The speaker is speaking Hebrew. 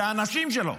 אלה האנשים שלו.